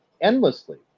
endlessly